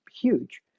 huge